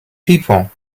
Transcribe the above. people